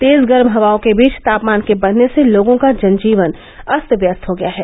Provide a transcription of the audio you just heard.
तेज गर्म हवाओं के बीच तापमान के बढ़ने से लोगों का जन जीवन अस्त व्यस्त हो गया है